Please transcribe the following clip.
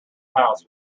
house